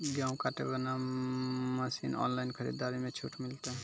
गेहूँ काटे बना मसीन ऑनलाइन खरीदारी मे छूट मिलता?